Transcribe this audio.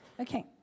Okay